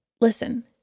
listen